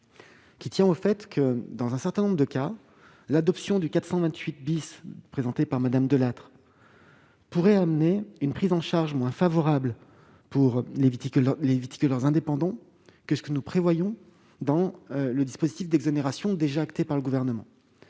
des indépendants, dans un certain nombre de cas, l'adoption de l'amendement n° 428 rectifié proposé par Mme Delattre pourrait amener une prise en charge moins favorable pour les viticulteurs indépendants que ce que nous prévoyons dans le dispositif d'exonération déjà acté par le Gouvernement.